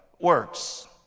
works